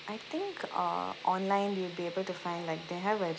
I think err online you'll be able to find like they have a